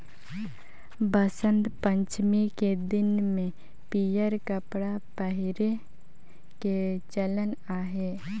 बसंत पंचमी के दिन में पीयंर कपड़ा पहिरे के चलन अहे